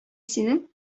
синең